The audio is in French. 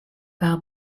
par